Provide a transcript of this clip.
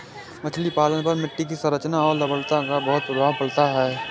मछली पालन पर मिट्टी की संरचना और लवणता का बहुत प्रभाव पड़ता है